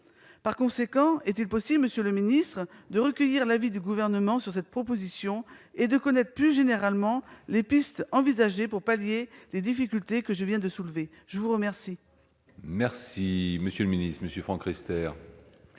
Par conséquent, est-il possible, monsieur le ministre, de recueillir l'avis du Gouvernement sur cette proposition et de connaître plus généralement les pistes envisagées pour pallier les difficultés que je viens de soulever ? La parole est à M. le ministre. Monsieur le